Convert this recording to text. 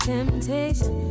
Temptation